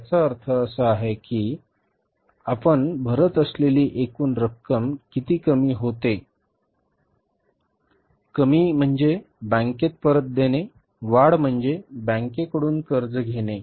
याचा अर्थ असा आहे की आपण भरत असलेली एकूण रक्कम किती कमी होते कमी म्हणजे बँकेत परत देणे वाढ म्हणजे बँकेकडून कर्ज घेणे